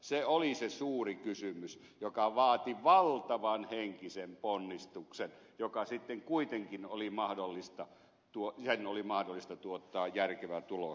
se oli se suuri kysymys joka vaati valtavan henkisen ponnistuksen jonka oli kuitenkin sitten mahdollista tuottaa järkevä tulos